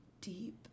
deep